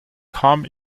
kam